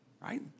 right